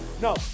No